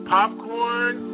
Popcorn